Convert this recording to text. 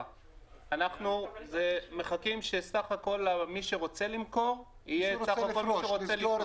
אנחנו מחכים שמי שרוצה למכור יהיה סך הכול מי שרוצה לפרוש.